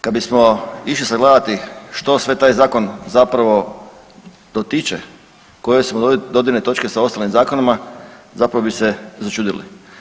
Kada bismo išli sagledati što sve taj zakon zapravo dotiče, koje su mu dodirne točke sa ostalim zakonima zapravo bi se začudili.